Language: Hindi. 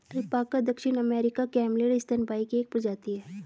अल्पाका दक्षिण अमेरिकी कैमलिड स्तनपायी की एक प्रजाति है